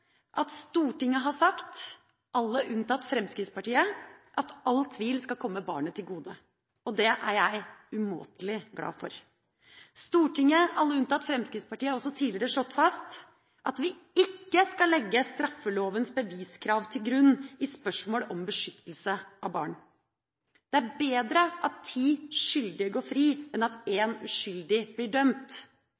at Stortinget har sagt – alle unntatt Fremskrittspartiet – at all tvil skal komme barnet til gode. Det er jeg umåtelig glad for. Stortinget – alle unntatt Fremskrittspartiet – har også tidligere slått fast at vi ikke skal legge straffelovens beviskrav til grunn i spørsmål om beskyttelse av barn. Det er bedre at ti skyldige går fri enn at